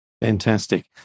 Fantastic